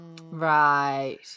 right